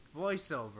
voiceover